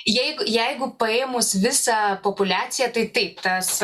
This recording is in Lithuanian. jeigu jeigu paėmus visą populiaciją tai taip tas